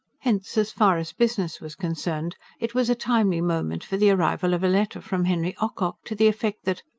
hence, as far as business was concerned, it was a timely moment for the arrival of a letter from henry ocock, to the effect that,